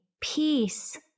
peace